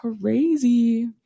crazy